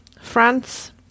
France